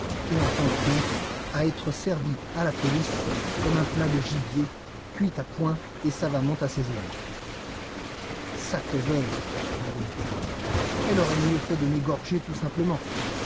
et en fin de compte à être servi à la police comme un plat de gibier cuit à point et savamment assaisonné sacré veuve bougonna t il elle aurait mieux fait de m'égorger tout simplement